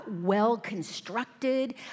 well-constructed